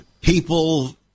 people